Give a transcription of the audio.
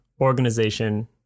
organization